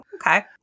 Okay